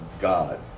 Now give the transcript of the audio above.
God